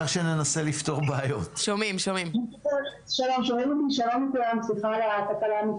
שלום לכולם, סליחה על התקלה.